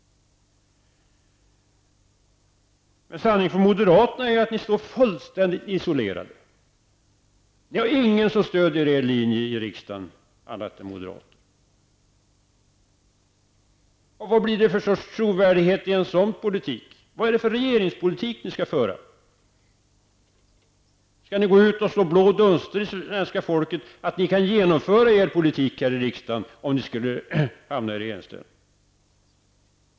Sanningen för moderaterna är att ni står fullständigt isolerade. Ni har ingen som stöder er linje i riksdagen annat än moderater. Vad blir det för trovärdighet i en sådan politik? Vad är det för regeringspolitik ni skall föra? Skall ni gå ut och slå blå dunster i svenska folket och säga att ni kan genomföra er politik här i riksdagen om ni skulle hamna i regeringsställning?